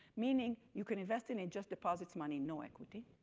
meaning you can invest and it just deposits money, no equity.